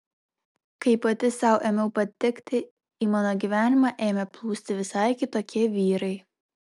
kai pati sau ėmiau patikti į mano gyvenimą ėmė plūsti visai kitokie vyrai